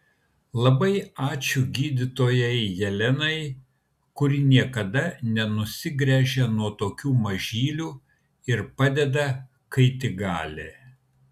labai ačiū gydytojai jelenai kuri niekada nenusigręžia nuo tokių mažylių ir padeda kaip tik gali